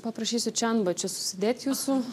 paprašysiu čia antbačius užsidėt jūsų